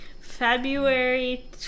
february